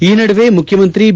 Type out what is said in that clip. ಈ ನಡುವೆ ಮುಖ್ಯಮಂತ್ರಿ ಬಿ